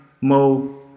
Mo